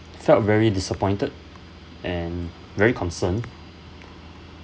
felt very disappointed and very concerned